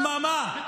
דממה.